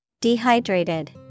Dehydrated